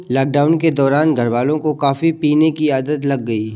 lockdown के दौरान घरवालों को कॉफी पीने की आदत लग गई